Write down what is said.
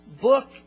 book